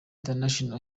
international